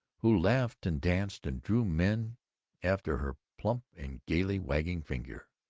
who laughed and danced and drew men after her plump and gaily wagging finger.